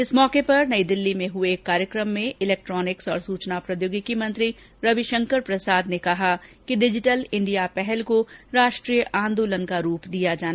इस मौके पर नई दिल्ली में हुए एक कार्यक्रम में इलेक्ट्रोनिक्स और सूचना प्रौद्योगिकी मंत्री रविशंकर प्रसाद ने कहा है कि डिजिटल इंडिया पहल को राष्ट्रीय आन्दोलन के रूप दिया जाना चाहिए